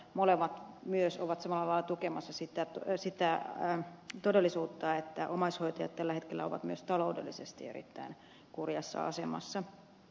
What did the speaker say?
molemmat myös ovat samalla lailla tukemassa sitä todellisuutta että omaishoitajat tällä hetkellä ovat myös taloudellisesti erittäin kurjassa asemassa